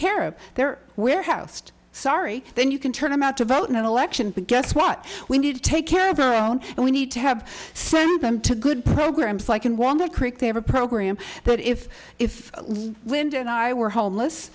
care of their warehouse sorry then you can turn him out to vote in an election but guess what we need to take care of our own and we need to have send them to good programs like in walnut creek they have a program that if if wind and i were homeless